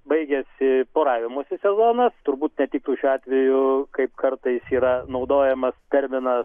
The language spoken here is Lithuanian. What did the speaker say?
baigiasi poravimosi sezonas turbūt netiktų šiuo atveju kaip kartais yra naudojamas terminas